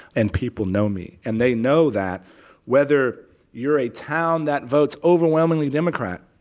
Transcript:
and people know me. and they know that whether you're a town that votes overwhelmingly democrat,